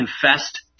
confessed